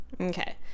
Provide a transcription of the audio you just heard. okay